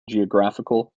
geographical